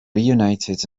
reunited